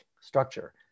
structure